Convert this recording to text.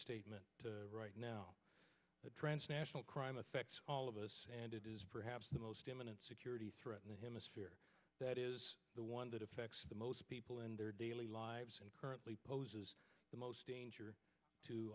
statement right now a transnational crime affects all of us and it is perhaps the most eminent security threat in him a sphere that is the one that affects the most people in their daily lives and currently poses the most danger to